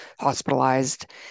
hospitalized